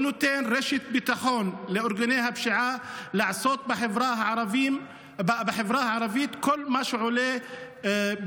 הוא נותן רשת ביטחון לארגוני הפשיעה לעשות בחברה הערבית כל מה שביכולתם.